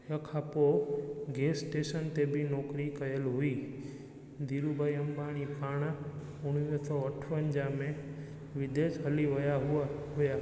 हिन खां पोइ गैस स्टेशन ते बि नौकिरी कयल हुई धीरू भाई अंबाणी पाण उणिवींह सौ अठवंजाह में विदेश हली विया हुआ हुआ